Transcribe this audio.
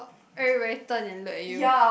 everybody turn and look at you